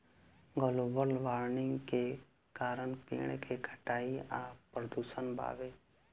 global warming के कारण पेड़ के कटाई आ प्रदूषण बावे